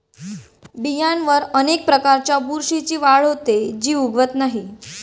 बियांवर अनेक प्रकारच्या बुरशीची वाढ होते, जी उगवत नाही